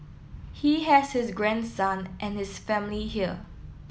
he has his grandson and his family here